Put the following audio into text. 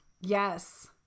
yes